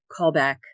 callback